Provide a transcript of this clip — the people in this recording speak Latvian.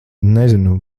nezinu